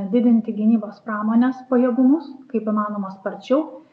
didinti gynybos pramonės pajėgumus kaip įmanoma sparčiau